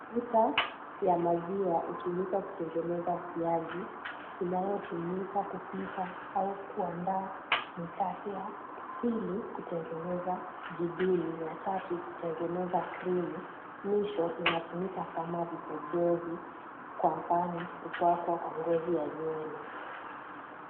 Mafuta ya maziwa hutumika kutengeneza siagi inayotumika kupika au kuandaa mikate, ya pili kutengeneza jibini, ya tatu kutengeneza krimu, mwisho inatumika kama vipodozi kwa mfano kupakwa kwa ngozi ya nywele.